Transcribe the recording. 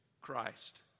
Christ